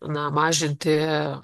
na mažinti